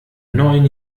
neun